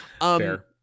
Fair